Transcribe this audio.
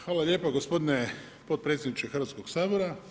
Hvala lijepa gospodine potpredsjedniče Hrvatskog sabora.